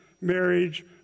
marriage